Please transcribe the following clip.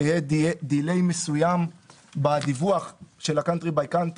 שיהיה דיליי מסוים בדיווח של ה-country by country